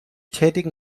tätigen